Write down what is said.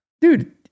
Dude